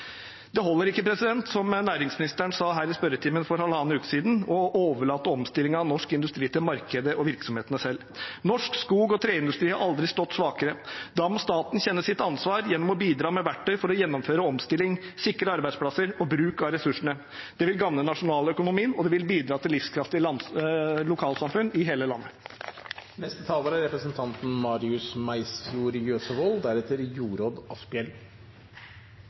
Det holder ikke, som næringsministeren sa her i spørretimen for et par uker siden, å overlate omstillingen av norsk industri til markedet og virksomhetene selv. Norsk skog og treindustri har aldri stått svakere. Da må staten kjenne sitt ansvar gjennom å bidra med verktøy for å gjennomføre omstilling og sikre arbeidsplasser og bruk av ressursene. Det vil gagne nasjonaløkonomien, og det vil bidra til livskraftige lokalsamfunn i hele landet.